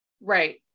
Right